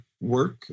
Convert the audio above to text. work